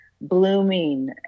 blooming